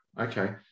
Okay